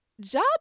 job